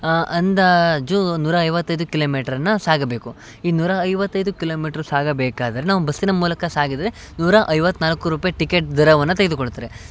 ಅಂದಾಜು ನೂರ ಐವತ್ತೈದು ಕಿಲೋಮೀಟ್ರನ್ನು ಸಾಗಬೇಕು ಈ ನೂರ ಐವತ್ತೈದು ಕಿಲೋಮೀಟ್ರು ಸಾಗಬೇಕಾದರೆ ನಾವು ಬಸ್ಸಿನ ಮೂಲಕ ಸಾಗಿದರೆ ನೂರ ಐವತ್ತ್ನಾಲ್ಕು ರೂಪಾಯಿ ಟಿಕೆಟ್ ದರವನ್ನು ತೆಗೆದುಕೊಳ್ತಾರೆ